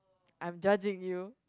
I'm judging you